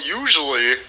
usually